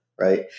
right